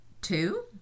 Two